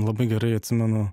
labai gerai atsimenu